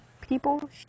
people